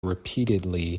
repeatedly